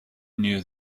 knew